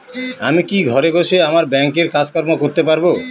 আমি কি ঘরে বসে আমার ব্যাংকের কাজকর্ম করতে পারব?